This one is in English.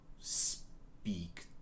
speak